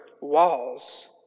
walls